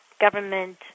government